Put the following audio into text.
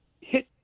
hit